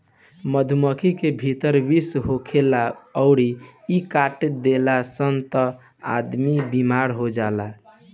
मधुमक्खी के भीतर विष होखेला अउरी इ काट देली सन त आदमी बेमार हो जाला